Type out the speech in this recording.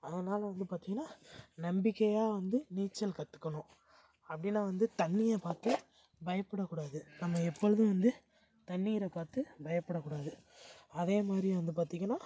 அதனால் வந்து பார்த்திங்கனா நம்பிக்கையாக வந்து நீச்சல் கற்றுக்கணும் அப்படின்னா வந்து தண்ணியைப் பார்த்து பயப்படக்கூடாது நம்ம எப்பொழுதும் வந்து தண்ணீரப் பார்த்து பயப்படக்கூடாது அதே மாதிரி வந்து பார்த்தீங்கனா